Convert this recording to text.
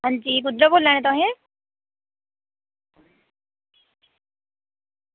हां जी कुद्धर दा बोला दे तुसें